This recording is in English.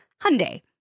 Hyundai